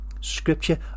scripture